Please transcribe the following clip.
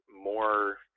more